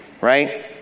Right